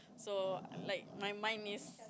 so like my mind is